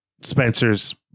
Spencer's